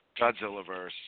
Godzillaverse